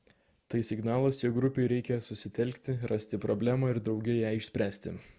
tai signalas jog grupei reikia susitelkti rasti problemą ir drauge ją išspręsti